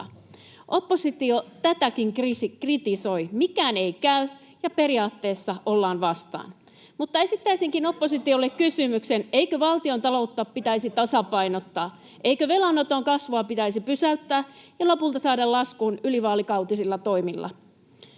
Oppositio tätäkin kritisoi. Mikään ei käy, ja periaatteessa ollaan vastaan. Mutta esittäisinkin oppositiolle kysymyksen: Eikö valtiontaloutta pitäisi tasapainottaa? Eikö velanoton kasvua pitäisi pysäyttää ja lopulta saada laskuun ylivaalikautisilla toimilla?